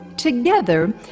Together